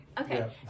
Okay